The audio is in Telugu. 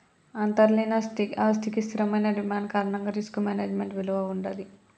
అంతర్లీన ఆస్తికి స్థిరమైన డిమాండ్ కారణంగా రిస్క్ మేనేజ్మెంట్ విలువ వుంటది